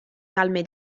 palme